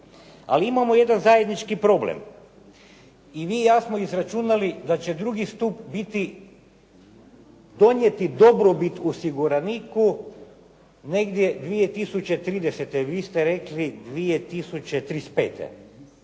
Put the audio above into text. Ali imamo jedan zajednički problem. I vi i ja smo izračunali da će drugi stup donijeti dobrobit osiguraniku negdje 2030., vi ste rekli 2035.